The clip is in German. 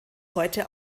heute